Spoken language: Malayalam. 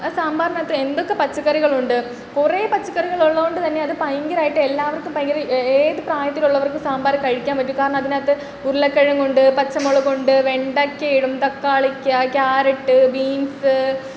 ആ സാമ്പാറിനകത്ത് എന്തൊക്ക പച്ചക്കറികളുണ്ട് കുറെ പച്ചക്കറികൾ ഉള്ളതുകൊണ്ട് തന്നെ അത് ഭയങ്കരമായിട്ട് എല്ലാവർക്കും ഭയങ്കര ഏത് പ്രായത്തിലുള്ളവർക്കും സാമ്പാർ കഴിക്കാൻ പറ്റും കാരണം അതിനാത്ത് ഉരുളക്കിഴങ്ങുണ്ട് പച്ചമുളകുണ്ട് വെണ്ടയ്ക്ക ഇടും തക്കാളിക്ക ക്യാരറ്റ് ബീൻസ്